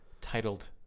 Titled